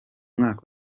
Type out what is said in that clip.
mwaka